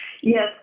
Yes